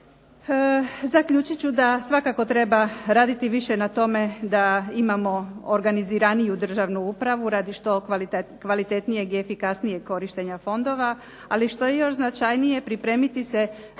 Zaključit ću da svakako treba raditi više na tome da imamo organiziraniju državnu upravu radi što kvalitetnijeg i efikasnijeg korištenja fondova, ali što je još značajnije pripremiti se